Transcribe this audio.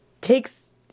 takes